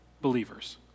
believers